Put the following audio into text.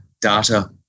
data